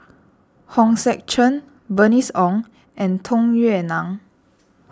Hong Sek Chern Bernice Ong and Tung Yue Nang